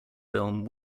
film